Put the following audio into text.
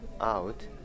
out